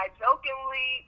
jokingly